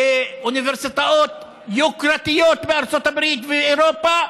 באוניברסיטאות יוקרתיות בארצות הברית ואירופה.